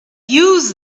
use